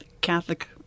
Catholic